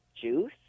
juice